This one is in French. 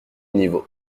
niveaux